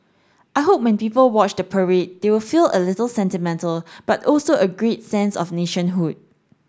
I hope when people watch the parade they will feel a little sentimental but also a great sense of nationhood